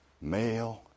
male